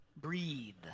breathe